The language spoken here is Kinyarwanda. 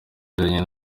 yagiranye